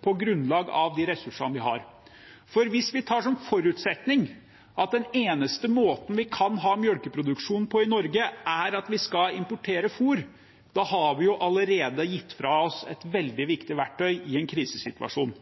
på grunnlag av de ressursene vi har. For hvis vi tar som forutsetning at den eneste måten vi kan ha melkeproduksjon på i Norge, er å importere fôr, har vi allerede gitt fra oss et veldig viktig verktøy i en krisesituasjon.